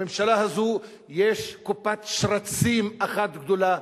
לממשלה הזאת יש קופת שרצים אחת גדולה.